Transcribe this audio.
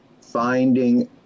finding